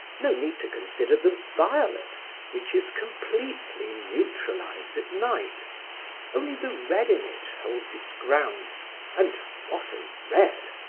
no need to consider the violet which is completely neutralized at night only the red in it holds its ground and what a red!